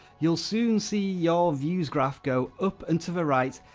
you'll soon see your views graph go up onto the right,